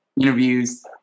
interviews